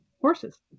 horses